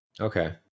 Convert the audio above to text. Okay